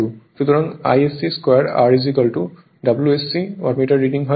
সুতরাং Isc2 R Wsc wattmeter reading হয়